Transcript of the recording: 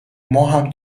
ماهم